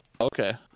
Okay